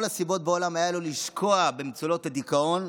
היו לו את כל הסיבות לשקוע במצולות הדיכאון,